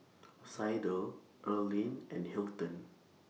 Sydell Erline and Hilton